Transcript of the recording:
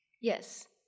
Yes